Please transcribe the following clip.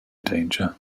danger